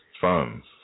funds